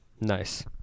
Nice